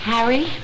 Harry